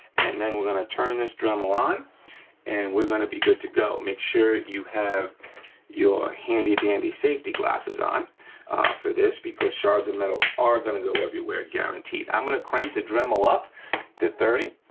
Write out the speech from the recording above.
and then we're gonna turn this dremel on and we're gonna be good to go. make sure you have your handy, dandy safety glasses on for this because shards of metal are gonna go everywhere, guaranteed. i'm gonna crank the dremel up to thirty.